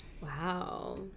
Wow